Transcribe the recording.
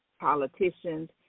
politicians